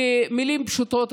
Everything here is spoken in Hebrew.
במילים פשוטות,